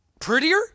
prettier